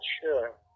sure